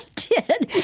did.